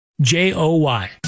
J-O-Y